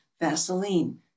Vaseline